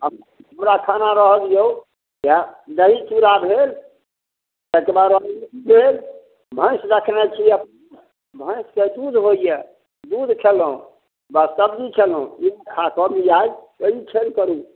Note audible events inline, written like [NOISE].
हमरा खाना रहऽ दियौ ओएह दही चूड़ा भेल एतबा [UNINTELLIGIBLE] भेल भैंस रखने छी भैंसके दूध होइए दूध खयलहुँ [UNINTELLIGIBLE] बस सबजी खयलहुँ [UNINTELLIGIBLE] अइ [UNINTELLIGIBLE] करू